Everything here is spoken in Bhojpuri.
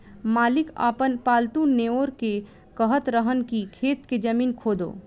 मालिक आपन पालतु नेओर के कहत रहन की खेत के जमीन खोदो